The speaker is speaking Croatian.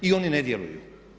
I oni ne djeluju.